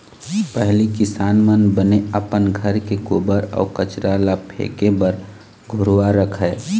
पहिली किसान मन बने अपन घर के गोबर अउ कचरा ल फेके बर घुरूवा रखय